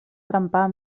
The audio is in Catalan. trempar